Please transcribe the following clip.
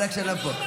אני רק שנה פה.